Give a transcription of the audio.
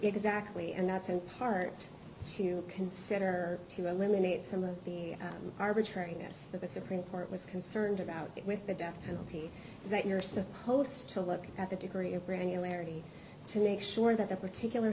exactly and that's in part you consider to eliminate some of the arbitrariness of the supreme court was concerned about with the death penalty that you're supposed to look at the degree of granularity to make sure that the particular